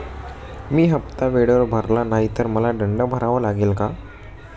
मी हफ्ता वेळेवर भरला नाही तर मला दंड भरावा लागेल का?